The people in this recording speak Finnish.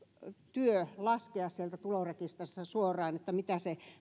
työ laskea sieltä tulorekisteristä suoraan mitä se noin